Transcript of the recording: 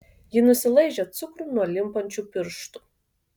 ji nusilaižė cukrų nuo limpančių pirštų